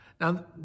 Now